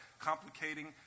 complicating